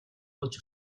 болгож